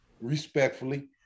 respectfully